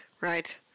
right